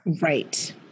Right